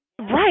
Right